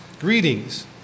greetings